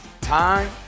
Time